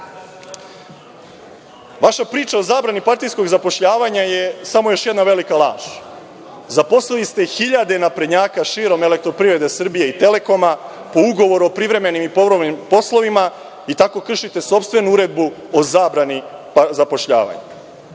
UN.Vaša priča o zabrani partijskog zapošljavanja je još samo jedna velika laž. Zaposlili ste hiljade Naprednjaka širom EPS i Telekoma, po ugovoru o privremenim i povremenim poslovima i tako kršite sopstvenu uredbu o zabrani zapošljavanja. Budžet